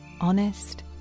honest